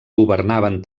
governaven